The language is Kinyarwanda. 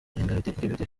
ingengabitekerezo